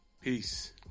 Peace